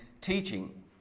teaching